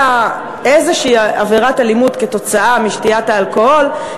איזושהי עבירת אלימות כתוצאה משתיית האלכוהול,